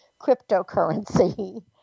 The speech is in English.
cryptocurrency